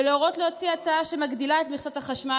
ולהורות לרשות להציע הצעה שמגדילה את מכסת החשמל